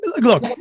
look